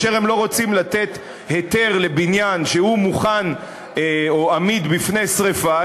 לא רוצים לתת היתר לבניין שהוא מוכן או עמיד בפני שרפה,